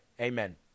Amen